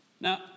Now